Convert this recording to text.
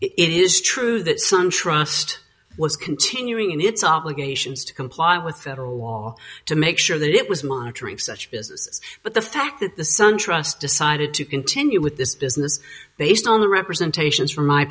it is true that sun trust was continuing in its obligations to comply with federal law to make sure that it was monitoring such businesses but the fact that the sun trust decided to continue with this business based on the representations f